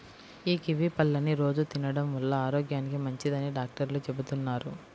యీ కివీ పళ్ళని రోజూ తినడం వల్ల ఆరోగ్యానికి మంచిదని డాక్టర్లు చెబుతున్నారు